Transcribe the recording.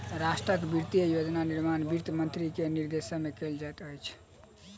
राष्ट्रक वित्तीय योजना निर्माण वित्त मंत्री के निर्देशन में कयल जाइत अछि